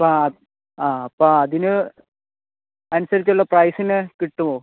അപ്പം ആ അപ്പം അതിന് അനുസരിച്ചുള്ള പ്രൈസിന് കിട്ടുമോ